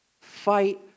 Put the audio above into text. Fight